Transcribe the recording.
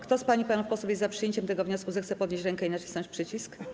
Kto z pań i panów posłów jest za przyjęciem tego wniosku, zechce podnieść rękę i nacisnąć przycisk.